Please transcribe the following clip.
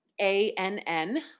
A-N-N